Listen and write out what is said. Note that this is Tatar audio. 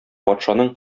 патшаның